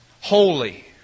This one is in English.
holy